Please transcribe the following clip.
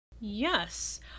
Yes